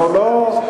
אנחנו לא,